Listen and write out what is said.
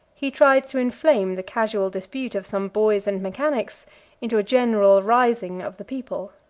he tried to inflame the casual dispute of some boys and mechanics into a general rising of the people.